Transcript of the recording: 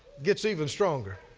gets even stronger.